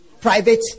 private